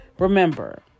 Remember